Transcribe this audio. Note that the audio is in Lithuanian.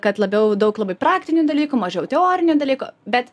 kad labiau daug labai praktinių dalykų mažiau teorinių dalykų bet